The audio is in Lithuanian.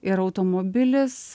ir automobilis